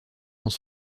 dans